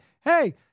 hey